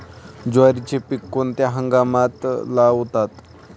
ज्वारीचे पीक कोणत्या हंगामात लावतात?